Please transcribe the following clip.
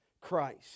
Christ